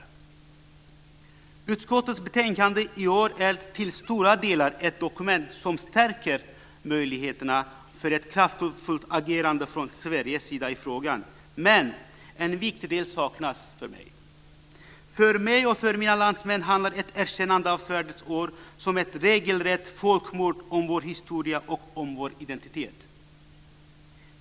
I år är utskottets betänkande till stora delar ett dokument som stärker möjligheterna för ett kraftfullt agerande från Sveriges sida i frågan. Men en viktig del saknas. För mig och för mina landsmän handlar ett erkännande av svärdets år som ett regelrätt folkmord om vår historia och om vår identitet.